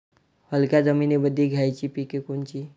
हलक्या जमीनीमंदी घ्यायची पिके कोनची?